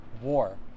war